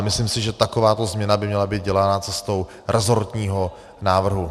Ale myslím si, že takováto změna by měla být dělána cestou resortního návrhu.